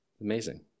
Amazing